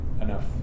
enough